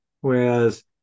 Whereas